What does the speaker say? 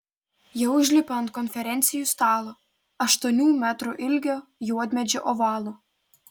jie užlipa ant konferencijų stalo aštuonių metrų ilgio juodmedžio ovalo